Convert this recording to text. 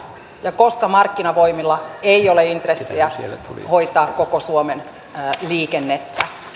ja koska markkinavoimilla ei ole intressiä hoitaa koko suomen liikennettä